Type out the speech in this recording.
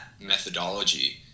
methodology